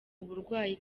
uburwayi